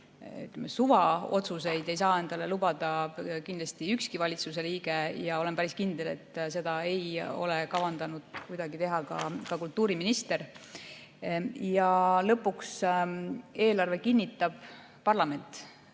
otsuseid ei saa endale lubada ükski valitsuse liige ja olen päris kindel, et seda ei ole kavandanud kuidagi teha ka kultuuriminister. Ja lõpuks eelarve kinnitab parlament.